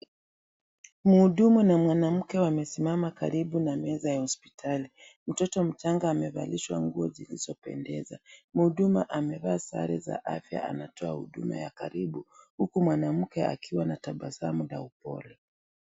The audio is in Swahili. Mhudumu na mwanamke wamesimama karibu na meza ya hospitali, mtoto mchanga amevalishwa nguo zilizopendeza, mhudumu amevaa sare za afya akitoa huduma ya karibu huku mwanamke akiwa na tabasamu na upole.